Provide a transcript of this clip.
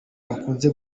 bakunze